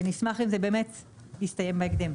ונשמח אם זה יסתיים בהקדם.